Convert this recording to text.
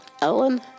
Ellen